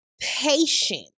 patience